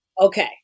Okay